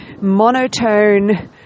monotone